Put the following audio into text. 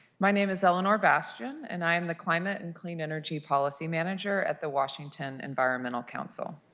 my name is eleanor bastion, and i am the claimant and clean energy policy manager at the washington environmental council,